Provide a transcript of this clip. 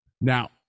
Now